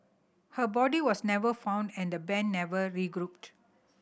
her body was never found and the band never regrouped